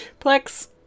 Plex